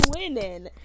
winning